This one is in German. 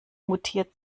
mutiert